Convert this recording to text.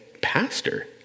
Pastor